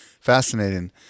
Fascinating